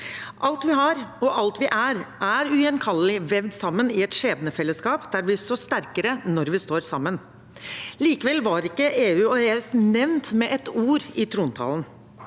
Alt vi har, og alt vi er, er ugjenkallelig vevd sammen i et skjebnefellesskap der vi står sterkere når vi står sammen. Likevel var ikke EU eller EØS nevnt med ett ord i trontalen.